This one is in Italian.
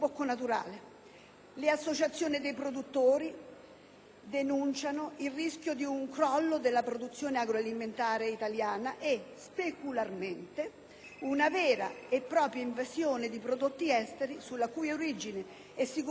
le associazioni dei produttori denunciano il rischio di un crollo della produzione agroalimentare italiana e, specularmente, una vera e propria invasione di prodotti esteri, sulla cui origine e sicurezza alimentare